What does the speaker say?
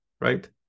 right